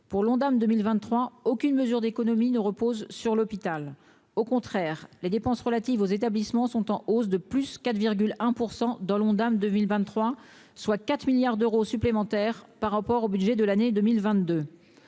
pour l'Ondam 2023, aucune mesure d'économie ne repose sur l'hôpital, au contraire, les dépenses relatives aux établissements sont en hausse de plus 4 virgule un % dans l'Ondam 2023 soit 4 milliards d'euros supplémentaires par rapport au budget de l'année 2022,